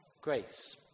Grace